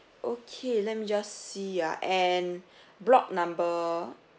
okay let me just see ya and block number